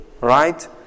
right